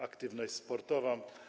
Aktywność sportowa.